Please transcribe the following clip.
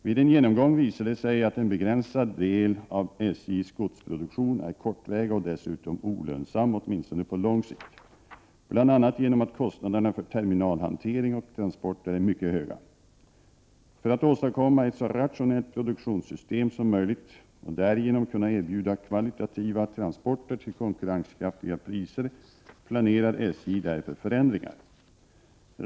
Vid en genomgång visar det sig att en begränsad del av SJ:s godsproduktion är kortväga och dessutom olönsam, åtminstone på lång sikt, bl.a. genom att kostnaderna för terminalhantering och transporter är mycket höga. För att åstadkomma ett så rationellt produktionssystem som möjligt och därigenom kunna erbjuda kvalitativa transporter till konkurrenskraftiga priser planerar SJ därför förändringar.